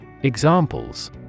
Examples